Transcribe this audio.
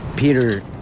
Peter